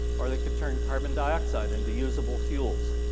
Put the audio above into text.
or they could turn carbon dioxide into usable fuels.